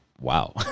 wow